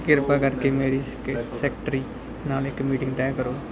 ਕਿਰਪਾ ਕਰਕੇ ਮੇਰੀ ਸੈ ਕ ਸੈਕਟਰੀ ਨਾਲ ਇੱਕ ਮੀਟਿੰਗ ਤੈਅ ਕਰੋ